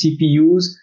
CPUs